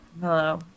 Hello